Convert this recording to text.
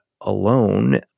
alone